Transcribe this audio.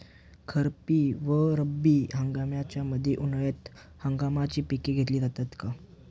खरीप व रब्बी हंगामाच्या मध्ये उन्हाळी हंगामाची पिके घेतली जातात का?